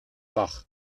bach